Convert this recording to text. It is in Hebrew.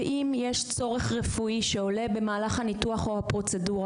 ואם יש צורך רפואי שעולה במהלך הניתוח או הפרוצדורה,